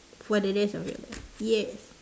for the rest of your life yes